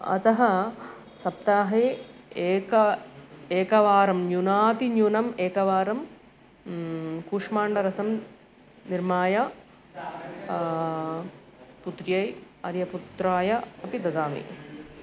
अतः सप्ताहे एकं एकवारं न्यूनातिन्यूनम् एकवारं कुष्माण्डारसं निर्माय पुत्रैः आर्यपुत्राय अपि ददामि